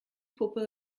puppe